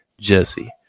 Jesse